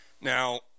now